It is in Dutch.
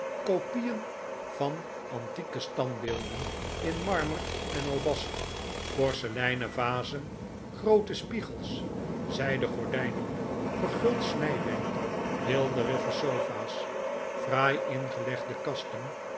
groot geworden tieke standbeelden in marmer en albast porceleinen vazen groote spiegels zijden gordijnen verguld snijwerk weelderige sofa's fraai ingelegde kasten